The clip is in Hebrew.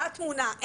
מה התמונה.